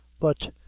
but,